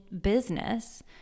business